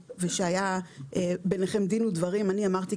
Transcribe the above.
ושהיה ביניכם דין ודברים מה כל אחד אמר,